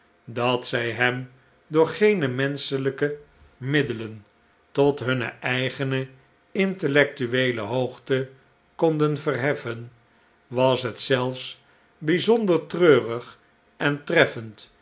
dat zij hem door geene menschelijke middelen tot hunne eigene intellectueele hoogte konden verheffen was het zelfs bijzonder treurig en treffend